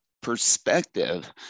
perspective